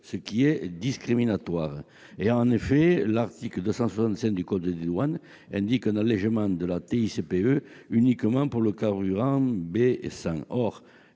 ce qui est discriminatoire. Ainsi, l'article 265 du code des douanes prévoit un allégement de la TICPE uniquement pour le carburant B100.